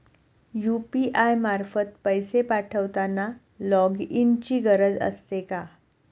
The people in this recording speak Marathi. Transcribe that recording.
यु.पी.आय मार्फत पैसे पाठवताना लॉगइनची गरज असते का?